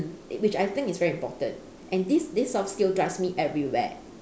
which I think it's very important and this this soft skill drives me everywhere